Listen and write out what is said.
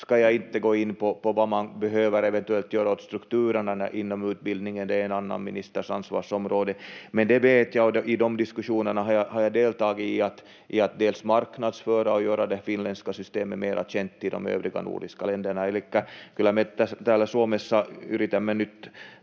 ska jag inte gå in på vad man eventuellt behöver göra åt strukturerna inom utbildningen, det är en annan ministers ansvarsområde. Men det vet jag, och i de diskussionerna har jag deltagit, i att dels marknadsföra och göra det finländska systemet mer känt i de övriga nordiska länderna. Elikkä kyllä me täällä Suomessa yritämme nyt